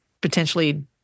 potentially